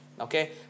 okay